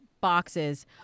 boxes